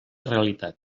realitat